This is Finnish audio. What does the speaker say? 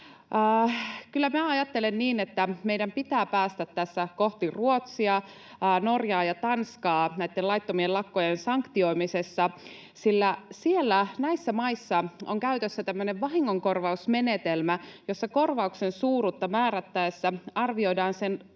ajattelen niin, että meidän pitää päästä kohti Ruotsia, Norjaa ja Tanskaa näitten laittomien lakkojen sanktioimisessa, sillä näissä maissa on käytössä tämmöinen vahingonkorvausmenetelmä, jossa korvauksen suuruutta määrättäessä arvioidaan